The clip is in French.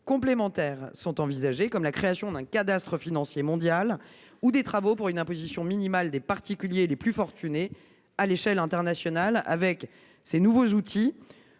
complémentaires sont envisagées, comme la création d’un cadastre financier mondial ou la conduite de travaux pour une imposition minimale des particuliers les plus fortunés à l’échelle internationale. Dotés de ces nouveaux outils,